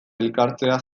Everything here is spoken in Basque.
elkartzea